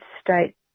state